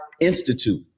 Institute